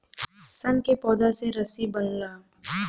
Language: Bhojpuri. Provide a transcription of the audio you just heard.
सन के पौधा से रसरी बनला